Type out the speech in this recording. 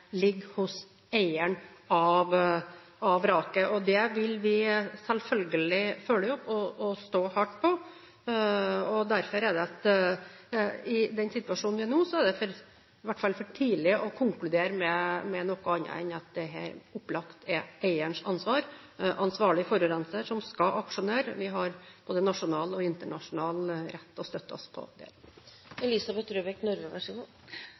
ligger hos eieren av vraket. Det vil vi selvfølgelig følge opp og stå hardt på. Derfor er det i den situasjonen vi nå har, for tidlig å konkludere med noe annet enn at dette opplagt er eierens ansvar. Det er ansvarlig forurenser som skal aksjonere. Vi har både nasjonal og internasjonal rett å støtte oss på